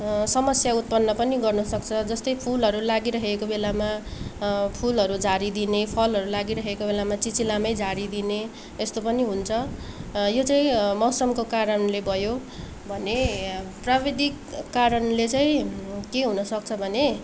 समस्या उत्पन्न पनि गर्न सक्छ जस्तै फुलहरू लागिरहेको बेलामा फुलहरू झारिदिने फलहरू लागिरहेको बेलामा चिचिलामै झारिदिने यस्तो पनि हुन्छ यो चाहिँ मौसमको कारणले भयो भने प्राविधिक कारणले चाहिँ के हुन सक्छ भने